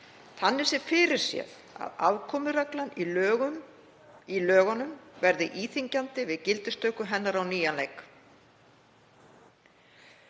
Þannig sé fyrirséð að afkomureglan í lögunum verði íþyngjandi við gildistöku hennar á nýjan leik.